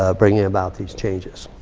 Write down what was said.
ah bringing about these changes.